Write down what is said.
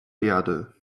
erde